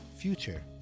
future